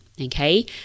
Okay